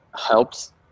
helps